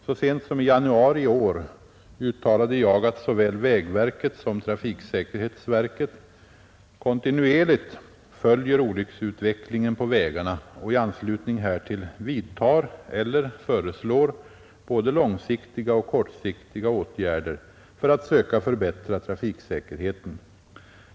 Så sent som i januari i år uttalade jag att såväl vägverket som trafiksäkerhetsverket kontinuerligt följer olycksutvecklingen på vägarna och i anslutning härtill vidtar eller föreslår både långsiktiga och kortsiktiga åtgärder för att söka förbättra trafiksäkerheten.